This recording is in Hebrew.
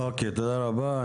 תודה רבה.